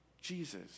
Jesus